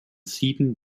sieben